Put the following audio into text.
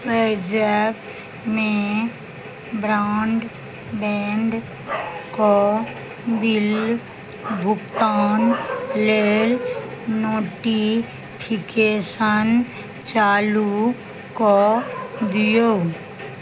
पे जैपमे broadband के bill भुगतान लेल नोटिफिकेशन चालू कऽ दियौ